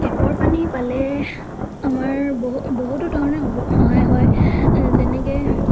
টেপৰ পানী পালে আমাৰ বহু বহুতো ধৰণৰ সহায় হয় যেনেকৈ